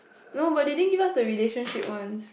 no but they didn't give us the relationship one